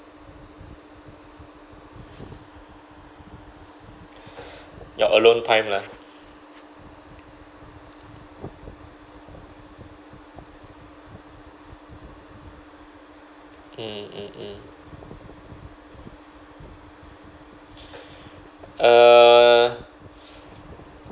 your alone time lah mm mm mm err